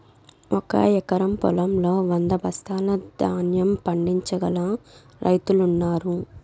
ఒక ఎకరం పొలంలో వంద బస్తాల ధాన్యం పండించగల రైతులు ఉన్నారు